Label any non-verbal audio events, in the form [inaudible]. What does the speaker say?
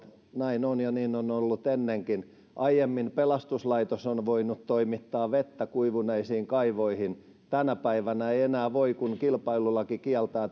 näin on ja niin on ollut ennenkin aiemmin pelastuslaitos on voinut toimittaa vettä kuivuneisiin kaivoihin tänä päivänä ei ei enää voi koska kilpailulaki kieltää [unintelligible]